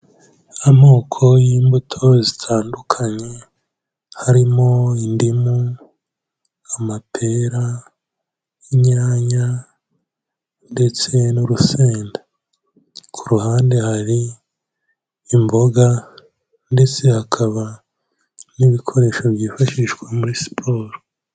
Amoko y'imbuto zitandukanye harimo: indimu, amape, inyanya ndetse n'urusenda. Ku ruhande hari imboga ndetse hakaba n'ibikoresho byifashishwa muri siporo.